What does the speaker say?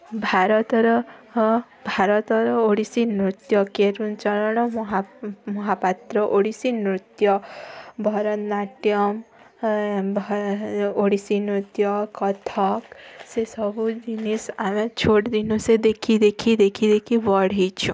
ଭାରତର ହ ଭାରତର ଓଡ଼ିଶାୀ ନୃତ୍ୟ କେଳୁ ଚରଣ ମହାପାତ୍ର ଓଡ଼ିଶୀ ନୃତ୍ୟ ଭରତନାଟ୍ୟ ଓଡ଼ଶୀ ନୃତ୍ୟ କଥକ ସେ ସବୁ ଜିନିଷ୍ ଆମେ ଛୋଟ୍ ଦିନୁସେ ଦେଖି ଦେଖି ଦେଖି ଦେଖି ବଡ଼ ହେଇଛୁ